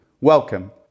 welcome